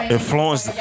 Influence